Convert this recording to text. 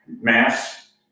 mass